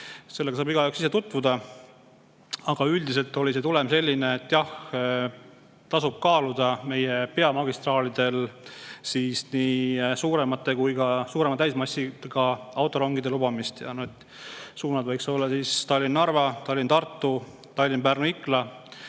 sellega saab igaüks ise tutvuda. Aga üldiselt oli tulem selline, et jah, tasub kaaluda meie peamagistraalidele nii suuremate kui ka suurema täismassiga autorongide lubamist ja suunad võiksid olla Tallinn–Narva, Tallinn–Tartu, Tallinn–Pärnu–Ikla